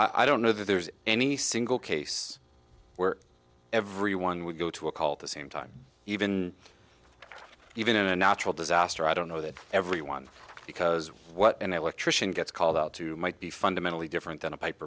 scenario i don't know that there's any single case where everyone would go to a call at the same time even even in a natural disaster i don't know that everyone because what an electrician gets called out to might be fundamentally different than a pipe